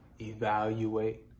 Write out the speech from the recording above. Evaluate